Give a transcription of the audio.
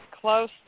close